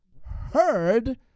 heard